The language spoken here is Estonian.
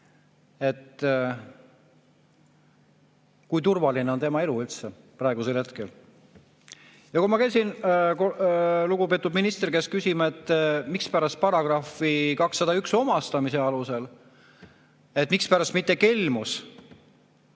et kui turvaline on tema elu üldse praegusel hetkel. Kui ma käisin lugupeetud ministri käest küsimas, et mispärast § 201 ehk omastamise alusel, mispärast mitte kelmus,